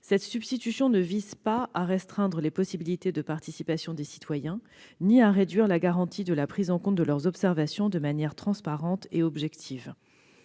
cette substitution ne vise pas à restreindre les possibilités de participation des citoyens, ni à réduire la garantie de la prise en compte de leurs observations de manière transparente et objective.